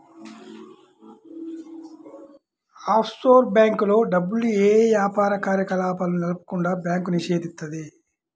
offshore బ్యేంకుల్లో డబ్బుల్ని యే యాపార కార్యకలాపాలను నెలకొల్పకుండా బ్యాంకు నిషేధిత్తది